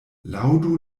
laŭdu